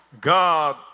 God